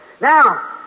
Now